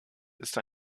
ist